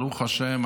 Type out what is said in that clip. ברוך השם,